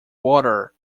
water